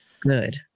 good